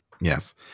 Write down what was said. yes